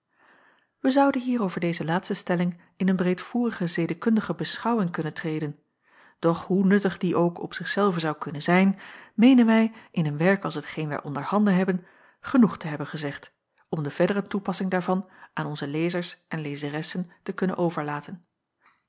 wij zouden hier over deze laatste stelling in een breedvoerige zedekundige beschouwing kunnen treden doch hoe nuttig die ook op zich zelve zou kunnen zijn meenen wij in een werk als hetgeen wij onder handen hebben genoeg te hebben gezegd om de verdere toepassing daarvan aan onze lezers en lezeressen te kunnen overlaten